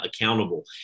accountable